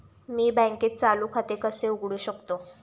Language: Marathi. मी बँकेत चालू खाते कसे उघडू शकतो?